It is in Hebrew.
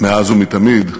מאז ומתמיד,